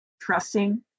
trusting